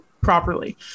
properly